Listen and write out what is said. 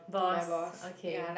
boss okay